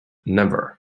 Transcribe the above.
never